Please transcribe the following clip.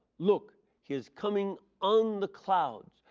look. he is coming on the clouds.